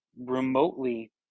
remotely